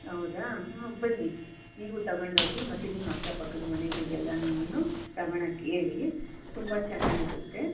ಹೌದಾ ಹಾಂ ಬನ್ನಿ ನೀವು ತಗೊಂಡು ಹೋಗಿ ಮತ್ತೆ ನಿಮ್ಮ ಅಕ್ಕಪಕ್ಕದ ಮನೆಗಳಿಗೆಲ್ಲನೂ ತಗೊಳ್ಳೋಕೆ ಹೇಳಿ ತುಂಬ ಚೆನ್ನಾಗಿರುತ್ತೆ